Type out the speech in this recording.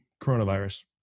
coronavirus